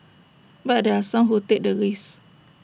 but there are some who take the risk